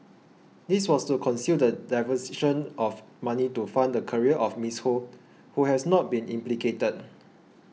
this was to conceal the diversion of money to fund the career of Miss Ho who has not been implicated